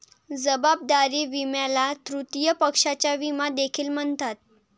जबाबदारी विम्याला तृतीय पक्षाचा विमा देखील म्हणतात